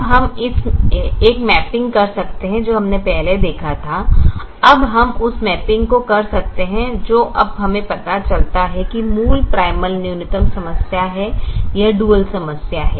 अब हम एक मैपिंग कर सकते हैं जो हमने पहले देखा था अब हम उस मैपिंग को कर सकते हैं जो अब हमें पता चलता है कि मूल प्राइमल न्यूनतम समस्या है यह डुअल समस्या है